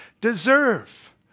deserve